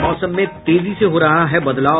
और मौसम में तेजी से हो रहा है बदलाव